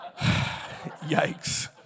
Yikes